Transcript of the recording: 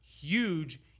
huge